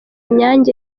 nyange